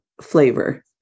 flavor